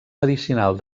medicinal